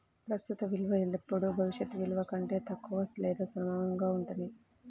ప్రస్తుత విలువ ఎల్లప్పుడూ భవిష్యత్ విలువ కంటే తక్కువగా లేదా సమానంగా ఉంటుంది